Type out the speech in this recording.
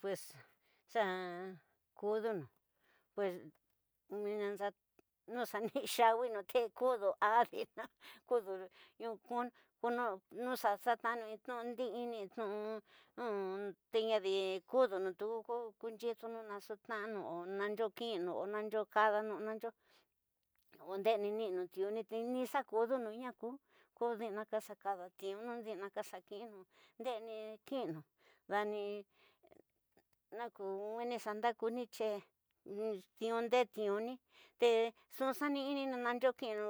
Pues xa kudunu, pues nwina nxa, no xa ni xawin te kudu adina kudu ñunkuiko no xa xanu in tnu'undi'ini, tnu teñadi kudunu tuku te nytinu naxuka'anu o nanyo ki'inu o nanyo kadanu o ñanyo o ndeenu ññinu ñtoni te ni xa kudunu ñku, ko adina ka xa kadati ñu, dini ñka xa kiñnu, ndeeni kiñnu, dani ñnuweni ñka ñndakuni che ñdiunde ññuni te ñxu xani ñni ñu ñanyo kiñnu